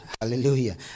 Hallelujah